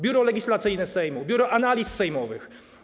Biuro Legislacyjne Sejmu, Biuro Analiz Sejmowych.